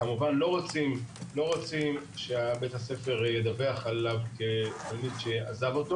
כמובן לא רוצים שבית-הספר ידווח עליו כתלמיד שעזב אותו